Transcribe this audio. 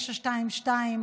922,